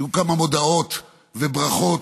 תראו כמה מודעות וברכות,